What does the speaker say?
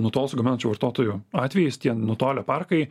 nutolusių gaminančių vartotojų atvejais tie nutolę parkai